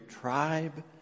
tribe